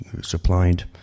supplied